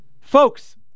Folks